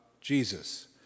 Jesus